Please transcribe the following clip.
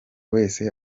wese